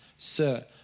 Sir